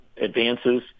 advances